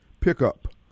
pickup